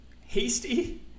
Hasty